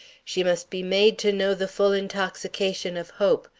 she must be made to know the full intoxication of hope,